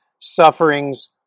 sufferings